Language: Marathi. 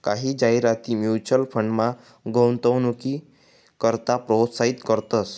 कायी जाहिराती म्युच्युअल फंडमा गुंतवणूकनी करता प्रोत्साहित करतंस